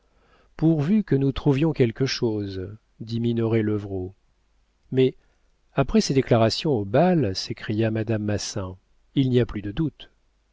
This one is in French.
pourvu que nous trouvions quelque chose dit minoret levrault mais après ses déclarations au bal s'écria madame massin il n'y a plus de doute